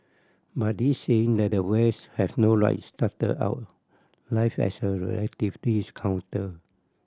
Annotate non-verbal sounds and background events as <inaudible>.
but this saying that the West has no right started out life as a <unintelligible> counter